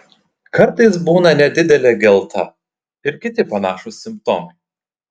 kartais būna nedidelė gelta ir kiti panašūs simptomai